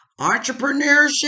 Entrepreneurship